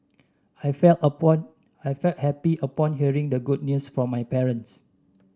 I felt upon I felt happy upon hearing the good news from my parents